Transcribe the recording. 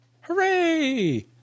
Hooray